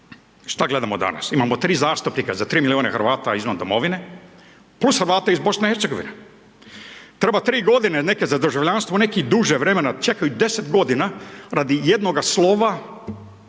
šta gledamo danas, imamo 3 zastupnika za 3 miliona Hrvata izvan domovine, plus Hrvate iz BiH, treba 3 godine neke za državljanstvo, neki druže vremena čekaju 10 godina radi jednoga slova